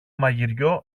μαγειριό